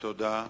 תודה.